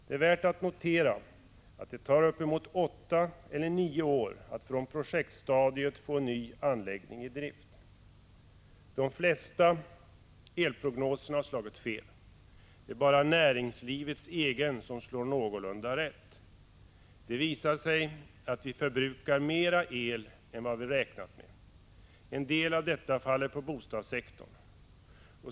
Det är värt att notera att det tar uppemot åtta eller nio år att från projektstadiet få en ny anläggning i drift. De flesta elprognoserna har slagit fel. Det är bara näringslivets egen som 45 slår någorlunda rätt. Det visar sig att vi förbrukar mer el än vad vi räknar med. En del av detta faller på bostadssektorn.